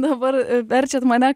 dabar verčiat mane